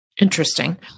Interesting